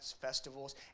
festivals